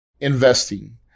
investing